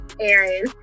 Aaron